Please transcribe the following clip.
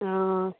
हॅं हॅं